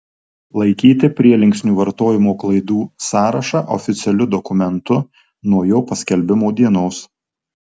laikyti prielinksnių vartojimo klaidų sąrašą oficialiu dokumentu nuo jo paskelbimo dienos